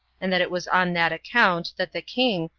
and that it was on that account that the king,